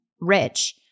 rich